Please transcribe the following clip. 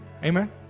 Amen